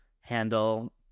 handle